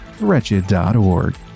Wretched.org